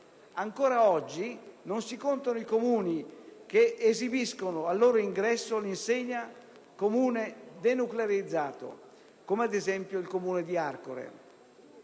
Ancora oggi non si contano i Comuni che esibiscono al loro ingresso l'insegna «Comune denuclearizzato» (come, ad esempio, il Comune di Arcore).